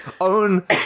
own